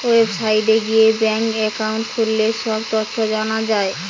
ওয়েবসাইটে গিয়ে bank account খুললে সব তথ্য জানা যায়